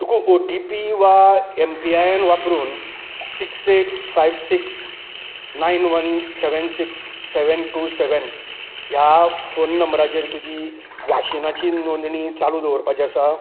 तुका O T P वा M P I N वापरून six eight five six nine one seven six seven two seven ह्या phone नबंराचेर तुजी वाशिंगाची नोंदणी चालू दवरपाची आसा